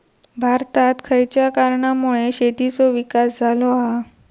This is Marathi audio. भारतात खयच्या कारणांमुळे शेतीचो विकास झालो हा?